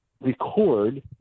record